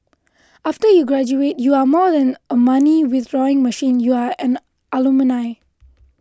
after you graduate you are more than a money withdrawing machine you are an alumni